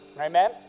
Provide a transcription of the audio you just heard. Amen